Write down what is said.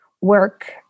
work